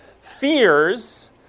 fears